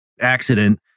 accident